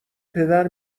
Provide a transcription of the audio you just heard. پدر